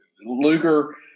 Luger